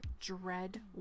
dread